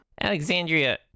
Alexandria